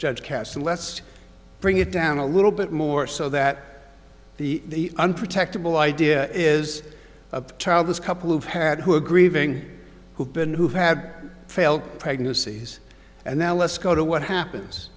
judge castle let's bring it down a little bit more so that the unprotected will idea is a childless couple who've had who are grieving who have been who had failed pregnancies and now let's go to what happens